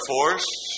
Force